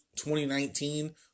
2019